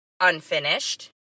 unfinished